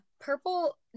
purple